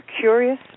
curious